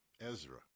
Ezra